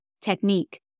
Technique